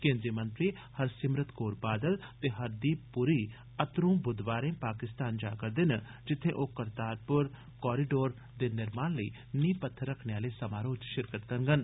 केंद्री मंत्री हरसिमरत कौर बादल ते हरदीप पुरी अतरूं बुधवारें पाकिस्तान जा करदे न जित्थे ओह् करतार पुर कॉरीडोर दे निर्माण लेई नींह पत्थर रक्खने आले समारोह च शिरकत करङन